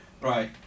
right